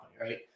right